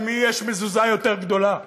למי יש מזוזה יותר גדולה.